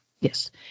Yes